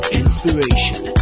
inspiration